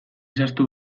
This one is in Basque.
zehaztu